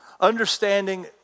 understanding